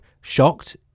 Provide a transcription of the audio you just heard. shocked